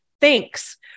thanks